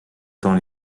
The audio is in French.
dans